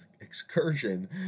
excursion